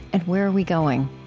and where are we going?